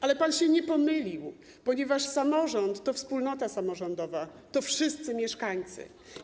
Ale pan się nie pomylił, ponieważ samorząd to wspólnota samorządowa, to wszyscy mieszkańcy.